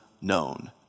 known